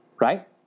Right